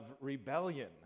rebellion